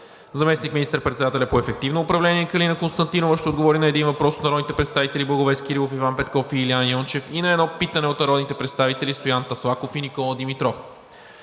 Заместник министър-председателят по ефективно управление Калина Константинова ще отговори на един въпрос от народните представители Благовест Кирилов, Иван Петков и Илиян Йончев; и на едно питане от народните представители Стоян Таслаков и Никола Димитров.